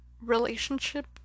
relationship